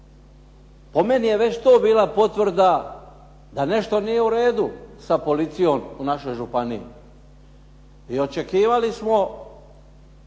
Po meni je već to bila potvrda da nešto nije u redu sa policijom u našoj županiji i očekivali smo